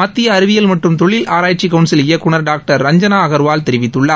மத்திய அறிவியல் மற்றும் தொழில் ஆராய்ச்சி கவுன்சில் இயக்குனர் டாக்டர் ரஞ்சனா அகர்வால் தெரிவித்துள்ளார்